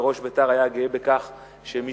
וראש בית"ר היה גאה בכך שמשנתו,